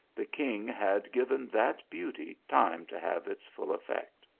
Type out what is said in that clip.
the king had given that beauty time to have its full effect.